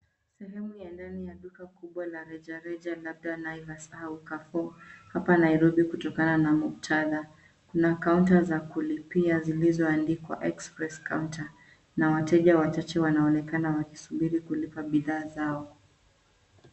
Sehemu ya ndani ya duka kubwa la rejareja labda Naivas au Carrefour, hapa Nairobi kutokana na muktadha. Kuna kaunta za kulipia zilizoandikwa cs[express counter]cs na wateja wachache wanaonekana wakisubiri kulipa bidhaa zao.